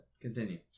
continue